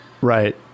Right